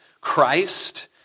Christ